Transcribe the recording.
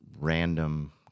random